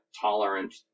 tolerant